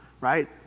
right